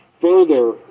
further